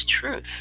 truth